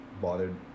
bothered